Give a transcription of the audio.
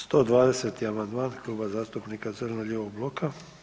120. amandman Kluba zastupnika zeleno-lijevog bloka.